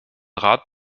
rat